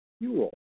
fuel